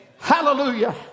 Hallelujah